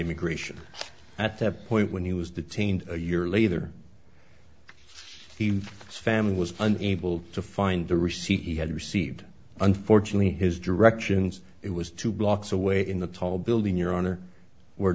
immigration at that point when he was detained a year later the family was unable to find the receipt he had received unfortunately his directions it was two blocks away in the tall building your honor we're